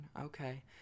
Okay